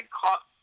caught